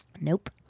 Nope